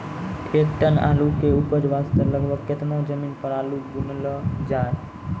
एक टन आलू के उपज वास्ते लगभग केतना जमीन पर आलू बुनलो जाय?